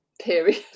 period